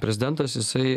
prezidentas jisai